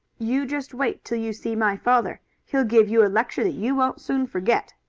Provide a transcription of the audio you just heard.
you just wait till you see my father. he'll give you a lecture that you won't soon forget.